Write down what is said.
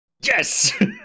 Yes